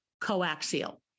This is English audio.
coaxial